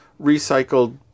recycled